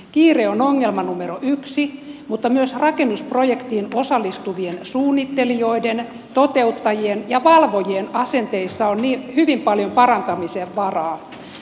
kiire on ongelma numero yksi mutta myös rakennusprojektiin osallistuvien suunnittelijoiden toteuttajien ja valvojien asenteissa on hyvin paljon parantamisen varaa